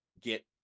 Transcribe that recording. get